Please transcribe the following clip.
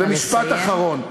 נא לסיים.